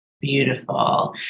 Beautiful